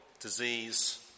disease